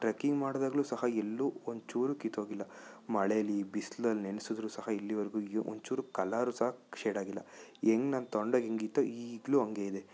trekking ಮಾಡ್ದಾಗ್ಲೂ ಸಹ ಎಲ್ಲೂ ಒಂದು ಚೂರೂ ಕಿತ್ತೋಗಿಲ್ಲ ಮಳೇಲ್ಲಿ ಬಿಸ್ಲಲ್ಲಿ ನೆನೆಸ್ದ್ರು ಸಹ ಇಲ್ಲಿವರೆಗೂ ಅಯ್ಯೋ ಒಂಚೂರು ಕಲರು ಸಹ ಶೇಡ್ ಆಗಿಲ್ಲ ಹೆಂಗೆ ನಾನು ತೊಗೊಂಡಾಗ ಹೆಂಗಿತ್ತು ಈಗಲೂ ಹಂಗೇ ಇದೆ